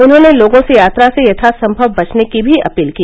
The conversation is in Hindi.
उन्होंने लोगों से यात्रा से यथासंभव बचने की भी अपील की